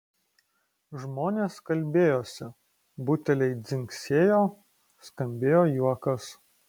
žmonės kalbėjosi buteliai dzingsėjo skambėjo juokas